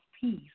peace